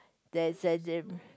then then then